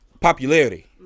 popularity